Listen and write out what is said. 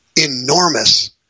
enormous